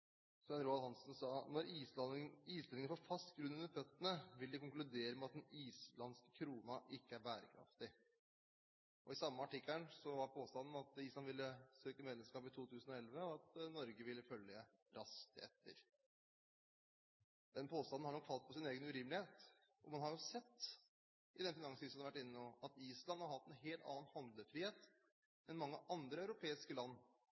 Svein Roald Hansen sa: «Når islendingene får fast grunn under føttene, vil de konkludere med at den islandske krona ikke er bærekraftig.» I samme artikkel var påstanden at Island ville søke medlemskap i 2011, og at Norge ville følge raskt etter. Den påstanden har nok falt på sin egen urimelighet. Man har sett, i den finanskrisen man har vært inne i nå, at Island har hatt en helt annen handlefrihet enn mange andre europeiske land